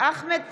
אחמד טיבי,